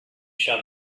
shall